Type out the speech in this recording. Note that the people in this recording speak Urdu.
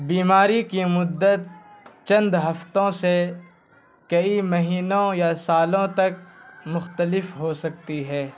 بیماری کی مدت چند ہفتوں سے کئی مہینوں یا سالوں تک مختلف ہو سکتی ہے